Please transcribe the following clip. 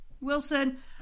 Wilson